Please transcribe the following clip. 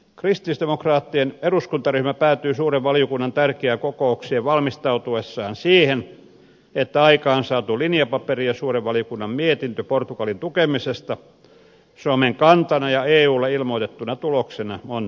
kristillisdemokraattien eduskuntaryhmä päätyy suuren valiokunnan tärkeään kokoukseen valmistautuessaan siihen että aikaansaatu linjapaperi ja suuren valiokunnan mietintö portugalin tukemisesta suomen kantana ja eulle ilmoitettuna tuloksena on tyydyttävä